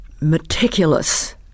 meticulous